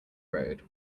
road